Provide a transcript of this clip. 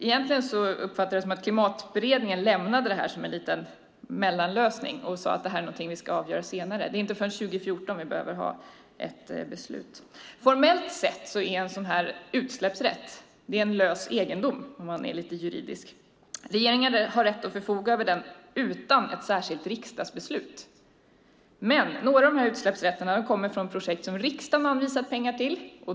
Egentligen uppfattade jag det som att Klimatberedningen lämnade det här som en liten mellanlösning och sade att det här är något som vi ska avgöra senare. Det är inte förrän 2014 som vi behöver ha ett beslut. Formellt sett är en utsläppsrätt en lös egendom, om man ser det lite juridiskt. Regeringen har rätt att förfoga över den utan ett särskilt riksdagsbeslut. Men några av utsläppsrätterna kommer från projekt som riksdagen har anvisat pengar till.